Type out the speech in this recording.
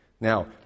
Now